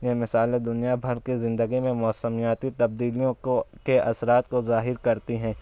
یہ مثالیں دنیا بھر کی زندگی میں موسمیاتی تبدیلیوں کو کے اثرات کو ظاہر کرتی ہیں